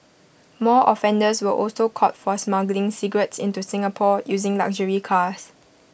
more offenders were also caught for smuggling cigarettes into Singapore using luxury cars